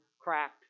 cracked